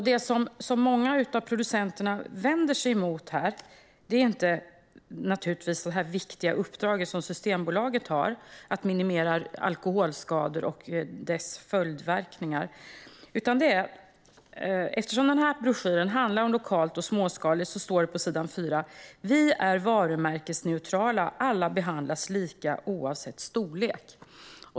Det som många av producenterna vänder sig emot här är naturligtvis inte det viktiga uppdrag som Systembolaget har, alltså att minimera alkoholskador och deras följdverkningar. Broschyren handlar om lokalt och småskaligt, och på s. 4 står det: "Vi är varumärkesneutrala - alla behandlas lika oavsett storlek."